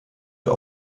der